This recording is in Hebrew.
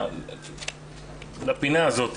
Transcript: לפינה הזאת.